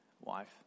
wife